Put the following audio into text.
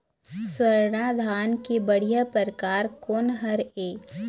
स्वर्णा धान के बढ़िया परकार कोन हर ये?